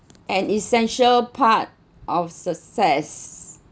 an essential part of success